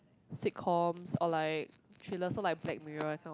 sitcoms or like thrillers not like Black Mirror